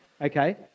okay